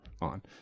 on